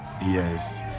yes